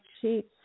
sheets